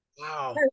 Wow